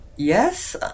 Yes